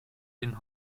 den